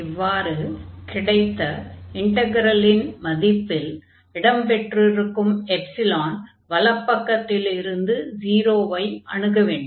இவ்வாறு கிடைத்த இன்டக்ரலின் மதிப்பில் இடம்பெற்றிருக்கும் எப்சிலான் வலப்பக்கத்திலிருந்து 0 ஐ அணுக வேண்டும்